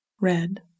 red